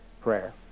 prayer